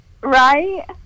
Right